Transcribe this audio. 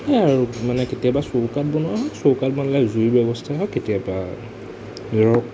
সেয়া আৰু মানে কেতিয়াবা চৌকাত বনোৱা হয় চৌকাত বনালে জুইৰ ব্যৱস্থা হয় কেতিয়াবা ধৰক